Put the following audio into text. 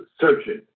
searching